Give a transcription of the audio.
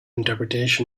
interpretation